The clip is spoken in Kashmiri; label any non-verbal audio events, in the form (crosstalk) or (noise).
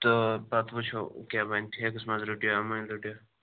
تہٕ پَتہٕ وٕچھو کیاہ بَنہِ ٹھیکَس منٛز رٔٹِو یا (unintelligible) رٔٹوا